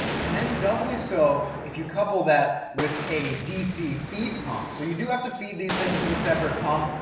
and then doubly so, if you couple that with a dc feed pump. so you do have to feed these things with a separate pump,